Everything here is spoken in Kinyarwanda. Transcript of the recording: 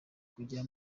kujya